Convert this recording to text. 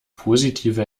positive